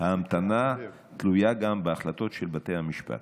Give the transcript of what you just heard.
ההמתנה תלויה גם בהחלטות של בתי המשפט.